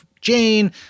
Jane